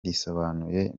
risobanuye